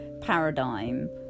paradigm